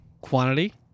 quantity